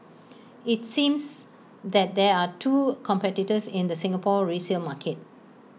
IT seems that there are two competitors in the Singapore resale market